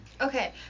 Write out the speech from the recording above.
okay